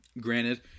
granted